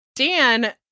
Dan